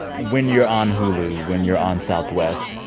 when you're on hulu, when you're on southwest,